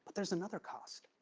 there's another cost.